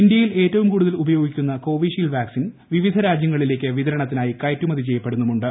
ഇന്ത്യയിൽ ഏറ്റവും കൂടുതൽ ഉപയോഗിക്കുന്ന കോവിഷീൽഡ് വാക്സിൻ വിവിധ രാജ്യങ്ങളിലേക്ക് വിതരണത്തിനായി കയറ്റുമതി ചെയ്യപ്പെടുന്നുമുണ്ട്